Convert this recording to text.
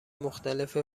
مختلف